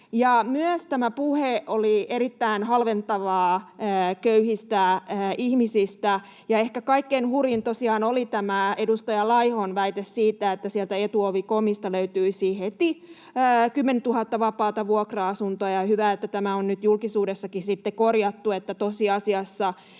ihmisistä oli erittäin halventavaa. Ehkä kaikkein hurjin tosiaan oli tämä edustaja Laihon väite siitä, että sieltä Etuovi.comista löytyisi heti kymmenentuhatta vapaata vuokra-asuntoa. Hyvä, että tämä on nyt julkisuudessakin sitten korjattu, että tosiasiassa